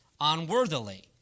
unworthily